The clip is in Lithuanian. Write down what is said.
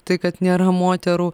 tai kad nėra moterų